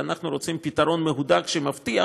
אנחנו רוצים פתרון מהודק שמבטיח